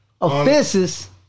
offenses